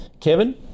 Kevin